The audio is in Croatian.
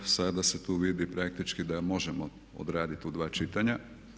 Sada se tu vidi praktički da možemo odraditi u dva čitanja.